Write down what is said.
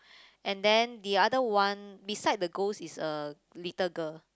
and then the other one beside the ghost is a little girl